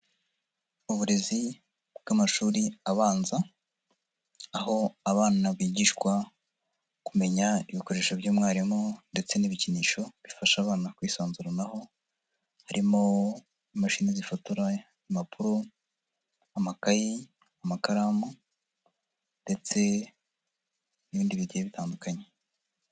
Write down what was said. Uburezi bw'amashuri abanza, aho abana bigishwa kumenya ibikoresho by'umwarimu ndetse n'ibikinisho bifasha abana kwisanzuranaho, harimo: imashini zifotora impapuro, amakayi, amakaramu ndetse n'ibindi bigiye bitandukanye.